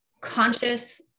conscious